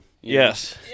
Yes